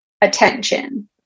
attention